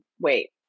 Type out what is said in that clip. wait